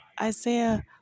Isaiah